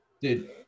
dude